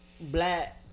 black